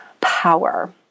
power